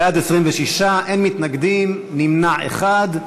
בעד, 26, אין מתנגדים, נמנע אחד.